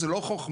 זה לא חוכמה.